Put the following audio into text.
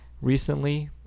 recently